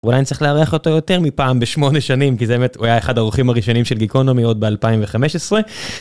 אולי אני צריך לארח אותו יותר מפעם בשמונה שנים כי זה באמת הוא היה אחד האורחים הראשונים של גיקונומי עוד ב 2015.